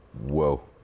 Whoa